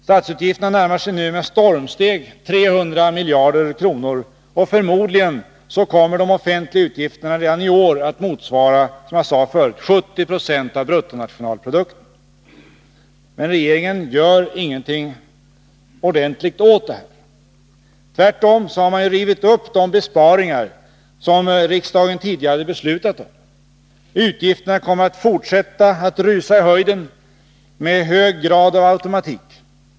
Statsutgifterna närmar sig nu med stormsteg 300 miljarder kronor, och förmodligen kommer de offentliga utgifterna redan i år att motsvara 70 70 av BNP. Men regeringen gör ingenting ordentligt åt detta. Tvärtom har man ju rivit upp de besparingar som riksdagen tidigare hade beslutat om. Utgifterna kommer att fortsätta att rusa i höjden med hög grad av automatik.